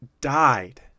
died